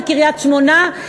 בקריית-שמונה,